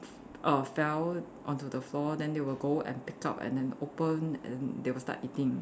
err fell onto the floor then they will go and pick up and then open and then they will start eating